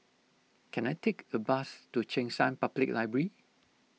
can I take a bus to Cheng San Public Library